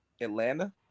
atlanta